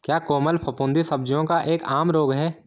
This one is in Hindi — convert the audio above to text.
क्या कोमल फफूंदी सब्जियों का एक आम रोग है?